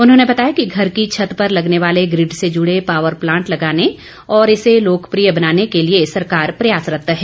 उन्होंने बताया कि घर की छत पर लगने वाले ग्रिड से जुड़े पॉवर प्लांट लगाने और इस लोकप्रिय बनाने के लिए सरकार प्रयासरत्त है